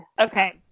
Okay